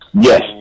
Yes